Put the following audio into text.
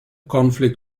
conflict